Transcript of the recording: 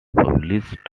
published